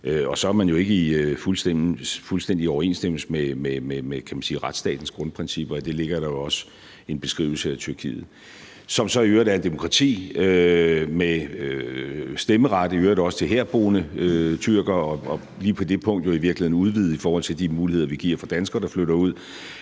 så er man jo ikke i fuldstændig overensstemmelse med retsstatens grundprincipper. Det ligger der jo også i en beskrivelse af Tyrkiet, som så i øvrigt er et demokrati med stemmeret, også til herboende tyrkere. Lige på det punkt er det i virkeligheden udvidet i forhold til de muligheder, vi giver for danskere, der flytter ud.